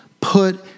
put